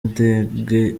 ndege